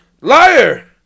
liar